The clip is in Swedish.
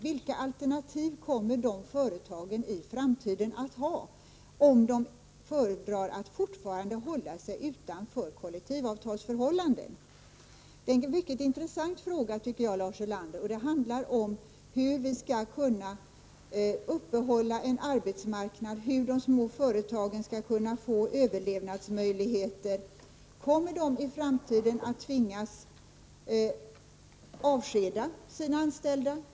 Vilka alternativ kommer de företagen att ha i framtiden, om de föredrar att fortfarande hålla sig utanför kollektivavtalsförhållandena? Det är en mycket intressant fråga, Lars Ulander. Det handlar om hur vi skall kunna upprätthålla en arbetsmarknad och hur de små företagen skall kunna få överlevnadsmöjligheter. Kommer de små företagen i framtiden att tvingas avskeda sina anställda?